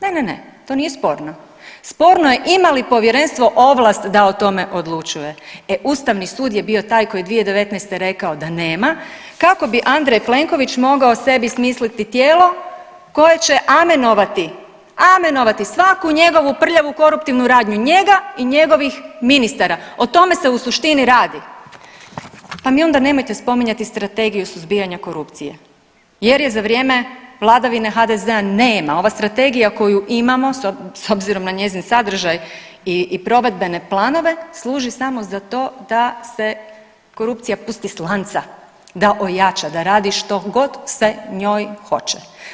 Ne, ne, ne to nije sporno, sporno je ima li povjerenstvo ovlast da o tome odlučuje, e ustavni sud je bio taj koji je 2019. rekao da nema kako bi Andrej Plenković mogao sebi smisliti tijelo koje će amenovati, amenovati svaku njegovu prljavu koruptivnu radnju njega i njegovih ministara, o tome se u suštini radi, pa mi onda nemojte spominjati Strategiju suzbijanja korupcije jer je za vrijeme vladavine HDZ-a nema, ova strategija koju imamo s obzirom na njezin sadržaj i provedbene planove služi samo za to da se korupcija pusti s lanca, da ojača, da radi što god se njoj hoće.